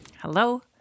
Hello